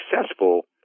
successful